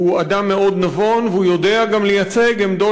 הוא אדם מאוד נבון והוא יודע גם לייצג עמדות